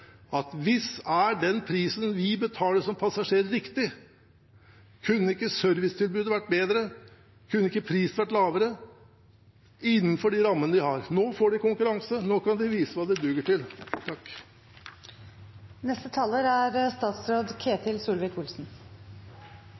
Hvis den prisen vi betaler som passasjerer, er riktig, kunne ikke da servicetilbudet vært bedre, og kunne ikke prisen vært lavere innenfor de rammene vi har? Nå får de konkurranse, nå kan de vise hva de duger til.